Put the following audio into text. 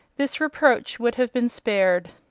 this reproach would have been spared.